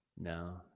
no